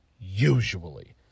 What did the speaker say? usually